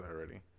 already